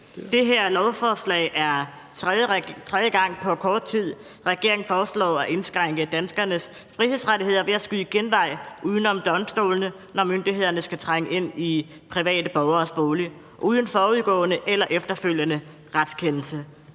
det her lovforslag er det tredje gang på kort tid, at regeringen foreslår at indskrænke danskernes frihedsrettigheder ved at skyde genvej uden om domstolene, når myndighederne skal trænge ind i borgeres private boliger uden forudgående eller efterfølgende retskendelse;